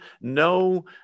no